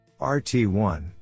RT1